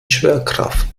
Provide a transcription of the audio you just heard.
schwerkraft